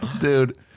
Dude